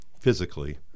physically